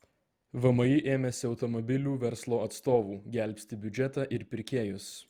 vmi ėmėsi automobilių verslo atstovų gelbsti biudžetą ir pirkėjus